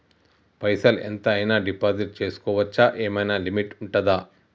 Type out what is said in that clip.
పైసల్ ఎంత అయినా డిపాజిట్ చేస్కోవచ్చా? ఏమైనా లిమిట్ ఉంటదా?